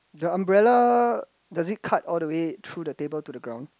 the umbrella does it cut all the way through the table to the ground